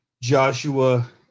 Joshua